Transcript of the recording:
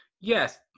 yes